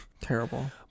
Terrible